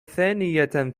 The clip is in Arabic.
ثانية